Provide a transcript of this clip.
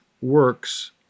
works